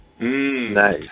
Nice